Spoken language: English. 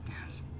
Yes